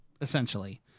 Essentially